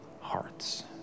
hearts